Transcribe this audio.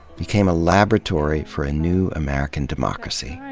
became a laboratory for a new american democracy.